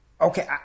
Okay